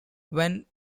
when